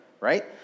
right